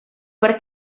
per